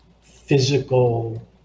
physical